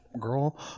girl